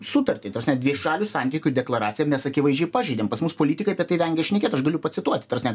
sutartį dvišalių santykių deklaraciją mes akivaizdžiai pažeidėme pas mus politikai apie tai vengia šnekėt aš galiu pacituoti ta prasme